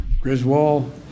Griswold